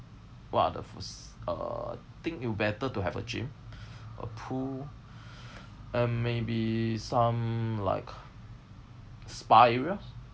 what are the fac~ uh think it will better to have a gym a pool and maybe some like spa area